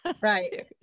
Right